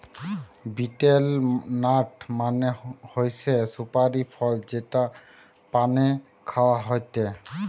betel nut মানে হৈসে সুপারি ফল যেটা পানে খাওয়া হয়টে